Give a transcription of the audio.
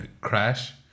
crash